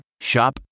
Shop